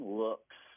looks